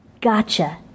Gotcha